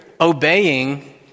obeying